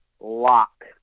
lock